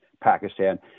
Pakistan